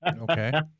Okay